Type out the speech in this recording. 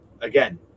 Again